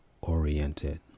oriented